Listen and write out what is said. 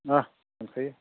ओ मोनखायो